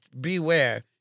beware